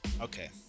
Okay